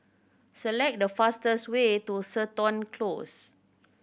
select the fastest way to Seton Close